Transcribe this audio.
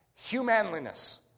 Humanliness